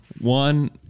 one